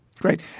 Great